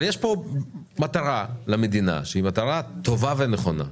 אבל יש פה מטרה למדינה שהיא מטרה טובה ונכונה,